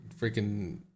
freaking